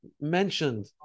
mentioned